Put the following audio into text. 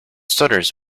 stutters